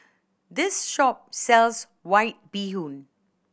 this shop sells White Bee Hoon